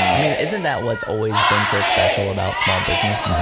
i mean isn't that what's always been so special about small business? and